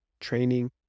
training